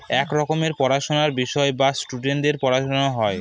এক রকমের পড়াশোনার বিষয় যা স্টুডেন্টদের পড়ানো হয়